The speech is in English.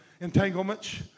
entanglements